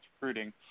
recruiting